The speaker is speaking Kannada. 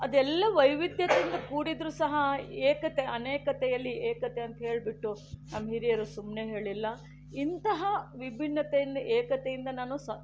ಅದೆಲ್ಲ ವೈವಿಧ್ಯತೆಯಿಂದ ಕೂಡಿದ್ದರೂ ಸಹ ಏಕತೆ ಅನೇಕತೆಯಲ್ಲಿ ಏಕತೆ ಅಂತ ಹೇಳ್ಬಿಟ್ಟು ನಮ್ಮ ಹಿರಿಯರು ಸುಮ್ಮನೆ ಹೇಳಿಲ್ಲ ಇಂತಹ ವಿಭಿನ್ನತೆಯಿಂದ ಏಕತೆಯಿಂದ ನಾನು ಸ